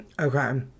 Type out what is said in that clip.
okay